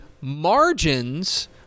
margins